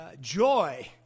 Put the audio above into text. joy